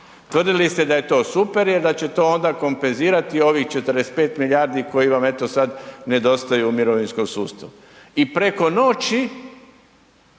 Tvrdili ste da je to super jer da će to onda kompenzirati ovih 45 milijardi koje vam eto sad nedostaju u mirovinskom sustavu i preko noći